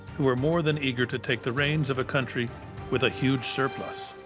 who were more than eager to take the reins of a country with a huge surplus.